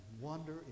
wonder